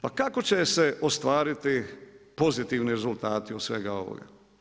Pa kako će se ostvariti pozitivni rezultati od svega ovoga?